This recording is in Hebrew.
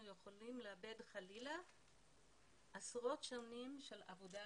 אנחנו יכולים לאבד עשרות שנים של עבודה,